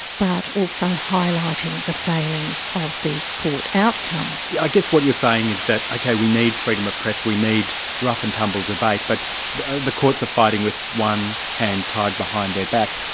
but also highlighting the failings of the court outcome. i guess what you're saying is that ok, we need freedom of press, we need rough-and-tumble debate, but the the courts are fighting with one hand tied behind their back.